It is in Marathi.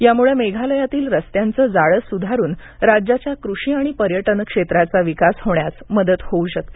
यामुळं मेघालयातील रस्त्यांचं जाळ सुधारून राज्याच्या कृषी आणि पर्यटन क्षेत्राचा विकास होण्यास मदत होऊ शकते